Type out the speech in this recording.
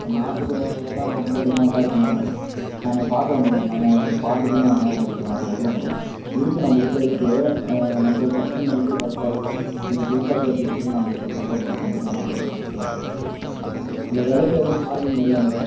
இப்போ நாட்டு கொய்யா வெலை தான் ரொம்ப டிமாண்டாக இருக்குது மேடம் நான் பார்க்குறேன் மேடம் நான் பார்த்துட்டு நான் வேணால் உங்களுக்கு நான் சொல்கிறேன் மேடம் இருக்குது நம்மக்கிட்ட இருக்குது நம்ம கஸ்டமருக்கே கரெக்ட்டாக இருக்கும் நீங்கள் புதுசாக கேட்டிருக்கிங்க நான் உங்களுக்கு பண்ணுறேன் மேடம் கண்டிப்பாக நான் வந்து பெஸ்ட் பண்ணுறேன் விலைல எதுவும் பார்கிங் இல்லை மேடம்